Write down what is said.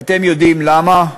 ואתם יודעים למה,